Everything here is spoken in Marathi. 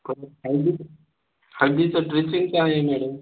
हळदीचं ड्रेसिंग काय आहे मॅडम